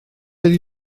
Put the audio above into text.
ydy